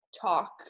talk